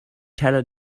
teller